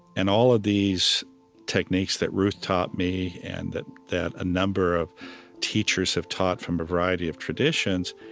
and all of these techniques that ruth taught me, and that that a number of teachers have taught from a variety of traditions,